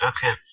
Okay